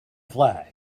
flag